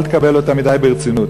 אל תקבל אותה מדי ברצינות: